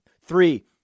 Three